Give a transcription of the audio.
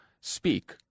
speak